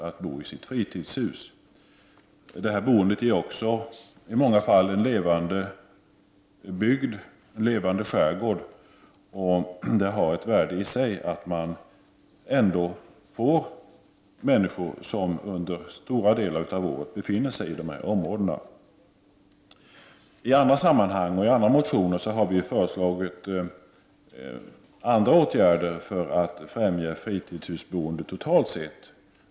Detta boende innebär också i många fall en levande bygd och en levande skärgård. Det har ett värde i sig att människor under stora delar av året bor i dessa områden. I andra sammanhang och i andra motioner har vi föreslagit åtgärder för att främja fritidshusboendet totalt sett.